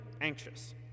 anxious